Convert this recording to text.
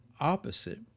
opposite